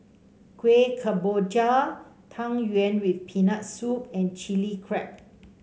Kueh Kemboja Tang Yuen with Peanut Soup and Chili Crab